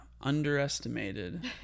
underestimated